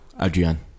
Adrian